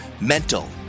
mental